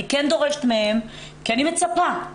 אני כן דורשת מהם כי אני מצפה.